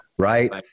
right